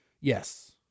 yes